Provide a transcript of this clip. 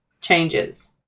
changes